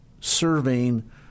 serving